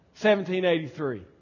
1783